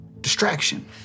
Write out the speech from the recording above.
distraction